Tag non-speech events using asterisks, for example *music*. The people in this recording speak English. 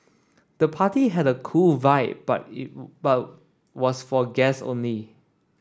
the party had a cool vibe but *unintelligible* but was for guests only